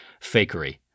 fakery